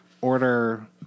order